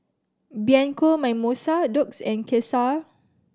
Bianco Mimosa Doux and Cesar